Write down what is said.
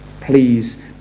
Please